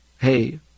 hey